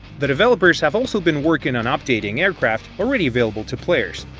the developers have also been working on updating aircraft already available to players.